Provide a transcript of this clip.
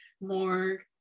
more